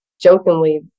jokingly